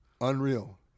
Unreal